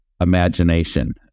imagination